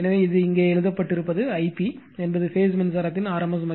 எனவே இது இங்கே எழுதப்பட்டிருப்பதுIp என்பது பேஸ் மின்சாரத்தின் rms மதிப்பு